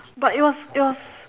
but it was it was